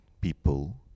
people